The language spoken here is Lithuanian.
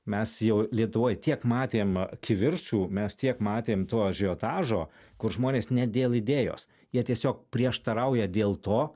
mes jau lietuvoj tiek matėm kivirčų mes tiek matėm to ažiotažo kur žmonės ne dėl idėjos jie tiesiog prieštarauja dėl to